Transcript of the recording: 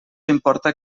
importa